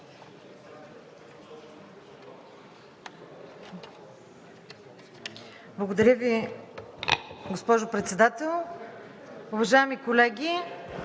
Благодаря Ви, госпожо Председател. Уважаеми колеги,